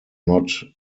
not